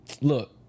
look